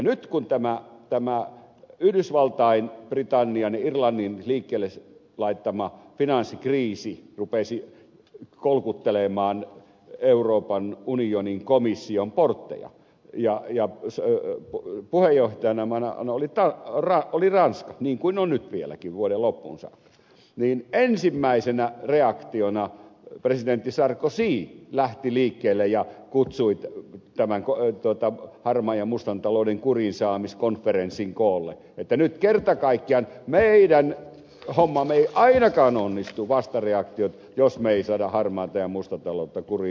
nyt kun tämä yhdysvaltain britannian ja irlannin liikkeelle laittama finanssikriisi rupesi kolkuttelemaan euroopan unionin komission portteja ja puheenjohtajamaanahan oli ranska niin kuin on nyt vieläkin vuoden loppuun saakka niin ensimmäisenä reaktiona presidentti sarkozy lähti liikkeelle ja kutsui tämän harmaan ja mustan talouden kuriinsaamiskonferenssin koolle että nyt kerta kaikkiaan meidän hommamme vastareaktiot eivät ainakaan onnistu jos me emme saa harmaata ja mustaa taloutta kuriin